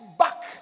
back